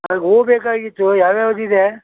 ಹೂವು ಬೇಕಾಗಿತ್ತು ಯಾವ ಯಾವ್ದು ಇದೆ